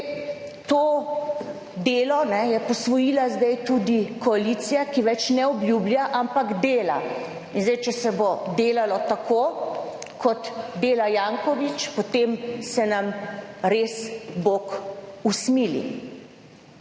to delo je posvojila zdaj tudi koalicija, ki več ne obljublja, ampak dela in zdaj, če se bo delalo tako, kot dela Janković, potem se nam res bog usmili.